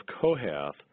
Kohath